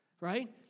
right